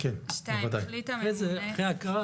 חברים,